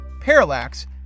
Parallax